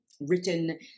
written